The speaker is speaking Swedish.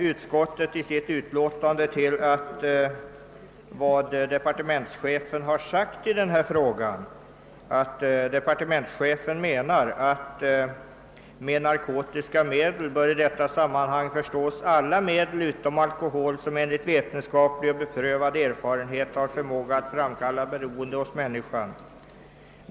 Utskottet hänvisar till döjlatternenta chefens uttalande »att med narkotiska medel bör i sammanhanget förstås alla medel utom alkohol som enligt vetenskap och beprövad erfarenhet har förmåga att framkalla beroende hos människan».